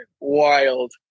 wild